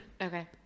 Okay